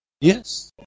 Yes